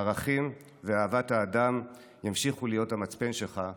הערכים ואהבת האדם ימשיכו להיות המצפן שלך תמיד.